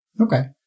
Okay